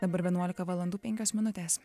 dabar vienuolika valandų penkios minutės